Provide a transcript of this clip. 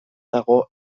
dago